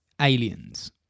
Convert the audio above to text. aliens